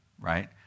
Right